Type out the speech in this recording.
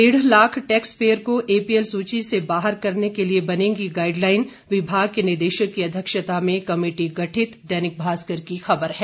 डेढ़ lakh tax payer को APL सूची से बाहर करने के लिये बनेगी गाइडलाइन विभाग के निदेशक की अध्यक्षता में कमेटी गठित दैनिक भास्कर की खबर है